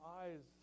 eyes